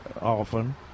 often